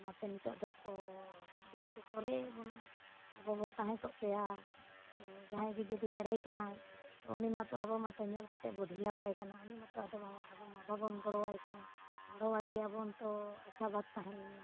ᱚᱱᱟᱛᱮ ᱱᱤᱛᱳᱜ ᱫᱚᱠᱚ ᱫᱤᱠᱩ ᱫᱚᱠᱚ ᱨᱮᱡᱮᱫ ᱵᱚᱱᱟ ᱟᱵᱚᱵᱚᱱ ᱛᱟᱦᱮᱸ ᱠᱚᱜ ᱠᱮᱭᱟ ᱛᱚ ᱡᱟᱦᱟᱸᱭ ᱜᱮ ᱡᱩᱫᱤ ᱞᱟᱹᱲᱦᱟᱹᱭ ᱠᱟᱱᱟᱭ ᱛᱚ ᱩᱱᱤ ᱢᱟᱛᱚ ᱟᱵᱚ ᱢᱟᱛᱚ ᱧᱮᱞ ᱠᱟᱛᱮ ᱵᱚᱱ ᱰᱷᱤᱞᱟᱣ ᱠᱟᱭ ᱠᱟᱱᱟ ᱩᱱᱤ ᱢᱟᱛᱚ ᱟᱫᱚ ᱟᱵᱚᱢᱟ ᱵᱟᱵᱚᱱ ᱜᱚᱲᱚᱣᱟᱭ ᱠᱟᱱᱟ ᱜᱚᱲᱚᱣᱟᱭᱠᱮᱭᱟᱵᱚᱱ ᱛᱚ ᱟᱪᱪᱷᱟ ᱵᱟᱛ ᱛᱟᱦᱮᱸᱞᱮᱱᱟ